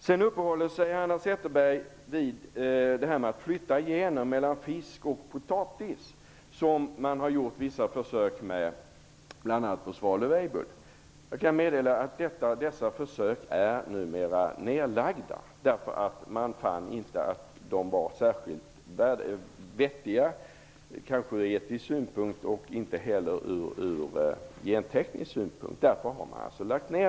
Sedan uppehöll sig Hanna Zetterberg vid de försök som har gjorts bl.a. på Svalöv Weibull med att flytta gener mellan fisk och potatis. Jag kan meddela att dessa försök numera är nedlagda - man fann dem inte särskilt vettiga från etisk synpunkt och kanske inte heller från genteknisk synpunkt.